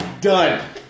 Done